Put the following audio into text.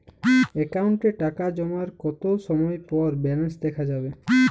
অ্যাকাউন্টে টাকা জমার কতো সময় পর ব্যালেন্স দেখা যাবে?